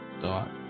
dot